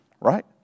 right